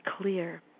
clear